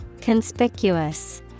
conspicuous